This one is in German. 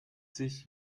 sich